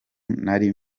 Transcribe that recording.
nari